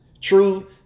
True